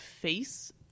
face